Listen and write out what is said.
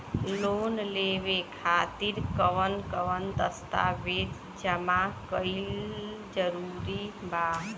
Loan लेवे खातिर कवन कवन दस्तावेज जमा कइल जरूरी बा?